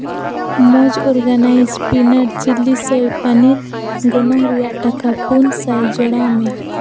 ᱢᱚᱡᱽ ᱚᱨᱜᱟᱱᱟᱭᱤᱥ ᱯᱤᱱᱟᱨᱡᱤ ᱡᱤᱞᱤᱥᱚᱭ ᱯᱚᱱᱤᱨ ᱜᱚᱱᱚᱝ ᱨᱮᱭᱟᱜ ᱴᱟᱠᱟ ᱯᱩᱱ ᱥᱟᱭ ᱡᱚᱲᱟᱣ ᱢᱮ